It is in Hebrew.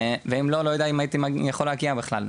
ואם לא לא יודע אם הייתי יכול להגיע בכלל,